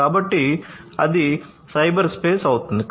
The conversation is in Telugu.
కాబట్టి అది సైబర్స్పేస్ అవుతుంది